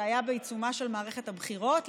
זה היה בעיצומה של מערכת הבחירות,